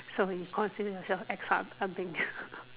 so you consider yourself extra something